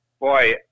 Boy